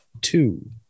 Two